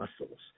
muscles